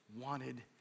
wanted